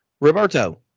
Roberto